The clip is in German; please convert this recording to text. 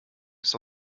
ist